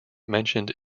mentioned